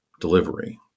Delivery